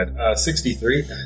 63